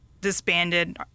disbanded